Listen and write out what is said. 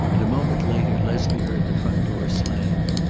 and a moment later leslie heard the front door slam.